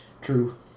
True